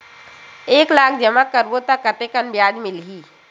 एक लाख जमा करबो त कतेकन ब्याज मिलही?